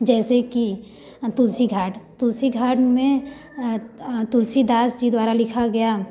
जैसे कि तुलसी घाट तुलसी घाट में तुलसीदास जी द्वारा लिखा गया